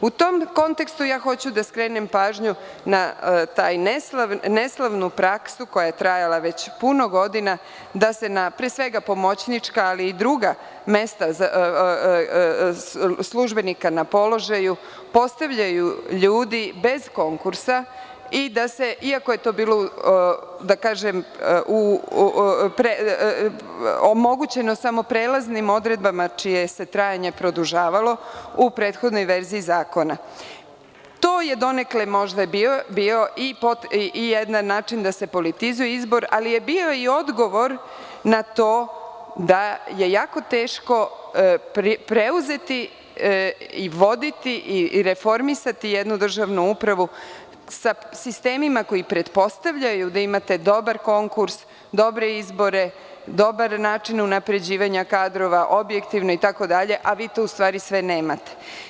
U tom kontekstu hoću da skrenem pažnju na tu neslavnu praksu koja je trajala puno godina, da se na pomoćnička, ali i druga mesta službenika na položaju, postavljaju ljudi bez konkursa i da je, iako je to bilo omogućeno samo prelaznim odredbama, čije se trajanje produžavalo u prethodnoj verziji zakona, možda biojedannačin da se politizuje izbor, ali je bio i odgovor na to da je jako teško preuzeti i voditi i reformisati jednu državnu upravu sa sistemima koji pretpostavljaju da imate dobar konkurs, dobre izbore, dobar način unapređivanja kadrova, objektivno itd, a vi to u stvari nemate.